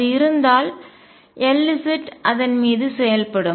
அது இருந்தால் Lz அதன் மீது செயல்படும்